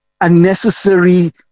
unnecessary